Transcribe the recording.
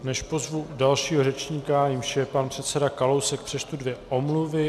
Než pozvu dalšího řečníka, jímž je pan předseda Kalousek, přečtu dvě omluvy.